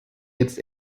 jetzt